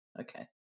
Okay